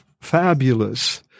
fabulous